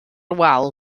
wal